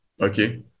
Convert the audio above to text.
okay